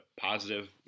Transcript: positive